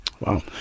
Wow